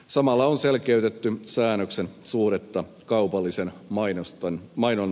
samalla on selkeytetty säännöksen suhdetta kaupallisen mainonnan sääntelyyn